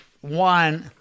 One